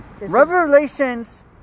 Revelations